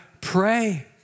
pray